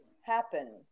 happen